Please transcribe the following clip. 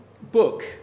book